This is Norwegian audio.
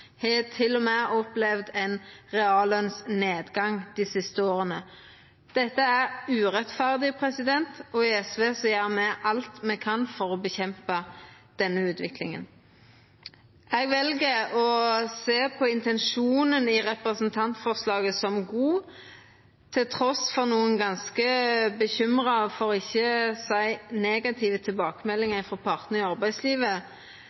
har til og med opplevd ein reallønsnedgang dei siste åra. Dette er urettferdig, og i SV gjer me alt me kan for å stoppa denne utviklinga. Eg vel å sjå på intensjonen i representantforslaget som god, trass i nokre ganske bekymra, for ikkje å seia negative, tilbakemeldingar frå partane i arbeidslivet.